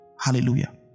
hallelujah